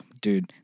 Dude